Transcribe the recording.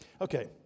Okay